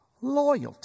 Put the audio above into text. loyalty